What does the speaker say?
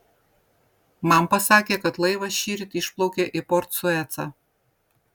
man pasakė kad laivas šįryt išplaukė į port suecą